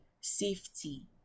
safety